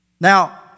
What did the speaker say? Now